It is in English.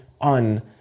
on